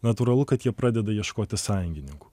natūralu kad jie pradeda ieškoti sąjungininkų